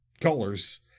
colors